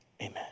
amen